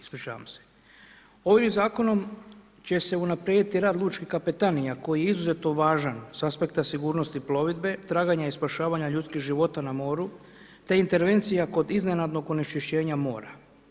Ovim zakonom će se unaprijediti rad lučkih kapetanija koji je izuzetno važan s aspekta sigurnosti plovidbe, traganja i spašavanja ljudskih života na moru te intervencija kod iznenadnog onečišćenja mora.